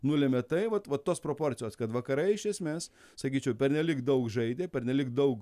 nulėmė tai vat vat tos proporcijos kad vakarai iš esmės sakyčiau pernelyg daug žaidė pernelyg daug